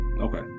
okay